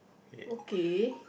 okay